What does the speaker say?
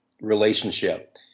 relationship